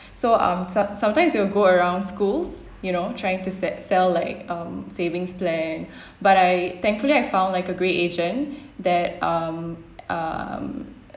so um some~ sometimes they'll go around schools you know trying to se~ sell like um savings plan but I thankfully I found like a great agent that um um